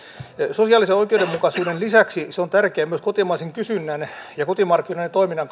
sosiaalisen oikeudenmukaisuuden lisäksi se on tärkeää myös kotimaisen kysynnän ja kotimarkkinoiden toiminnan